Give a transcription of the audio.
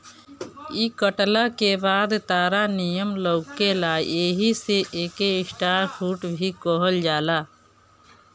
इ कटला के बाद तारा नियन लउकेला एही से एके स्टार फ्रूट भी कहल जाला